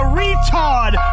retard